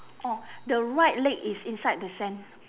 orh the right leg is inside the sand